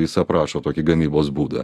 jis aprašo tokį gamybos būdą